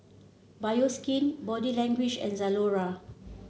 Bioskin Body Language and Zalora